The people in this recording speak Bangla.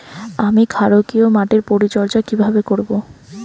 আমি ক্ষারকীয় মাটির পরিচর্যা কিভাবে করব?